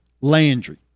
Landry